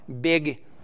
big